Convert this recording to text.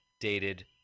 dated